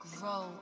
grow